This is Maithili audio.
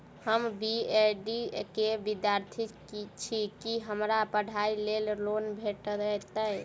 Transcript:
हम बी ऐड केँ विद्यार्थी छी, की हमरा पढ़ाई लेल लोन भेटतय?